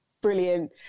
brilliant